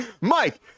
mike